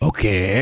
Okay